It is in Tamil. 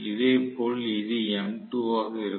இதேபோல் இது m2 ஆக இருக்கும்